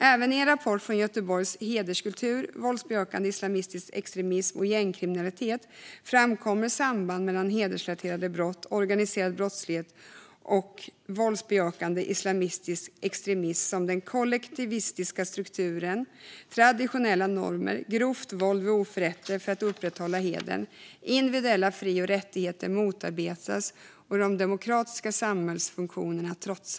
Även i en rapport från Göteborgs stad, Hederskultur, våldsbejakande islamistisk extremism och gängkriminalitet , framkommer samband mellan hedersrelaterade brott, organiserad brottslighet och våldsbejakande islamistisk extremism, såsom den kollektivistiska strukturen, traditionella normer och grovt våld vid oförrätter för att upprätthålla hedern. Individuella fri och rättigheter motarbetas, och de demokratiska samhällsfunktionerna trotsas.